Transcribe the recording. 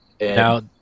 Now